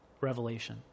Revelation